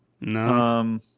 No